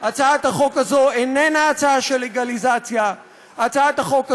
מדהים כמה שהקואליציה נלחצת מזה